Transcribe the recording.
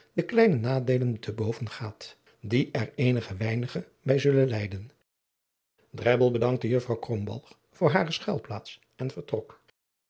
de kleine nadeelen te boven gaat die er eenige weinige bij zullen lijden drebbel bedankte juffrouw krombalg voor hare schuilplaats en vertrok